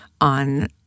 on